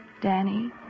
Danny